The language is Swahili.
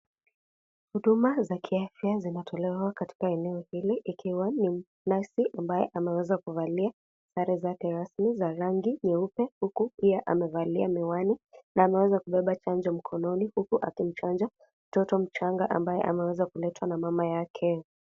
Huduma za kiafya zinatolewa katika eneo hili. Ikiwa ni nesi ambaye ameweza kuvalia sare zake rasmi za rangi nyeupe, huku pia amevalia miwani na ameweza kubeba chanjo mkononi, huku akimchanja mtoto mchanga ameweza kuletwa na mama yake.